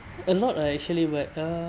a lot lah actually but uh